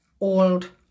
old